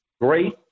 great